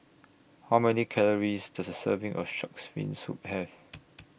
How Many Calories Does A Serving of Shark's Fin Soup Have